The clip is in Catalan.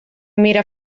mira